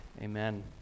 Amen